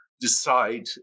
decide